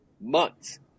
months